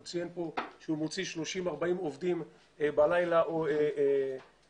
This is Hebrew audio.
הוא ציין כאן שהוא מוציא 40-30 עובדים בלילה או ביום.